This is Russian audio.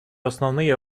основные